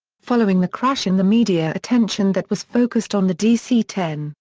following the crash and the media attention that was focused on the dc ten,